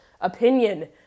opinion